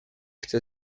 chcę